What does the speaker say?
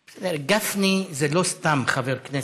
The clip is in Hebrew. גפני זה לא סתם חבר כנסת.